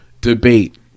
debate